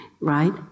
right